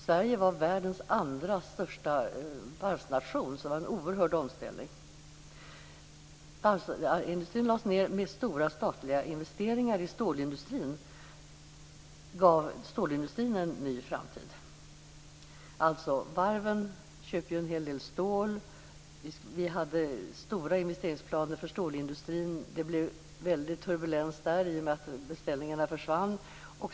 Sverige var världens andra största varvsnation, och det var därför en oerhörd omställning. När varvsindustrin lades ned gavs stålindustrin genom stora statliga investeringar en ny framtid. Varven köpte en hel del stål. Vi hade stora investeringsplaner för stålindustrin. Det blev en väldig turbulens där i och med att beställningarna försvann.